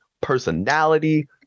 personality